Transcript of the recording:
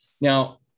Now